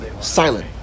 silent